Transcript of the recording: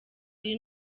biri